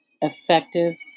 effective